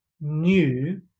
new